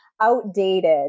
outdated